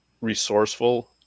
resourceful